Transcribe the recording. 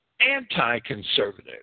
anti-conservative